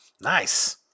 Nice